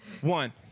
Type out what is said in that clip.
one